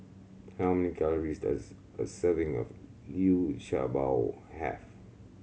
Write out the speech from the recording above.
how many calories does a serving of Liu Sha Bao have